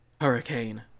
hurricane